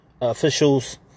officials